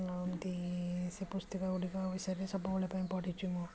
ନିୟମିତ ସେ ପୁସ୍ତକଗୁଡ଼ିକ ବିଷୟରେ ସବୁବେଳେ ପାଇଁ ପଢ଼ିଛି ମୁଁ